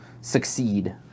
succeed